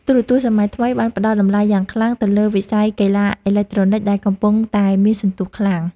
ទូរទស្សន៍សម័យថ្មីបានផ្តល់តម្លៃយ៉ាងខ្លាំងទៅលើវិស័យកីឡាអេឡិចត្រូនិកដែលកំពុងតែមានសន្ទុះខ្លាំង។